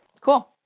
cool